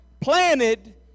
planted